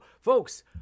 folks